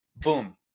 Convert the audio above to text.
Boom